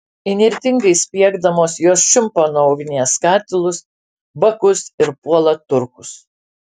įnirtingai spiegdamos jos čiumpa nuo ugnies katilus bakus ir puola turkus